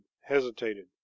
hesitated